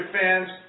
fans